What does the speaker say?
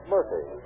Murphy